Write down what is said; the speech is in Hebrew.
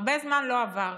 הרבה זמן לא עבר.